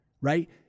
right